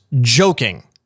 joking